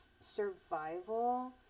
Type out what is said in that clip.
survival